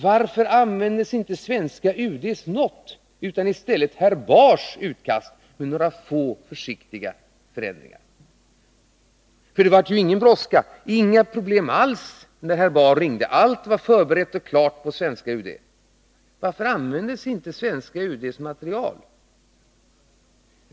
Varför användes inte svenska UD:s not utan i stället herr Bahrs utkast med några få försiktiga förändringar? Det var ju ingen brådska, inga problem alls, när herr Bahr ringde. Allt var förberett och klart på svenska UD. Varför användes inte svenska UD:s material?